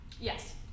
Yes